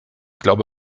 glaube